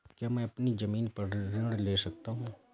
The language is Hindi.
क्या मैं अपनी ज़मीन पर ऋण ले सकता हूँ?